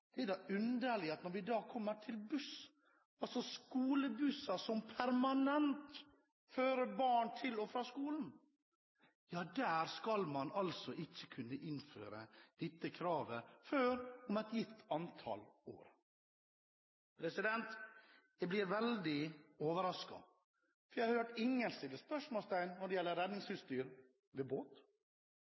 er da underlig at når vi kommer til buss – altså skolebusser som permanent fører barn til og fra skolen – skal vi ikke kunne innføre dette kravet før om et gitt antall år. Jeg er veldig overrasket, for jeg har ikke hørt noen stille spørsmål når det gjelder redningsutstyr i båt. Jeg har ikke hørt noen sette spørsmålstegn ved